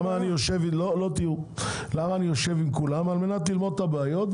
אני יושב עם כולם על מנת ללמוד את הבעיות,